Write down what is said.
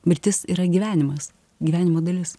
mirtis yra gyvenimas gyvenimo dalis